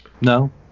No